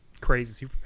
crazy